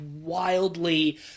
wildly